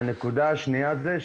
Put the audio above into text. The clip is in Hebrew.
נקודה שניה,